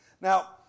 Now